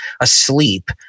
asleep